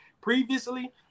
previously